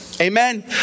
Amen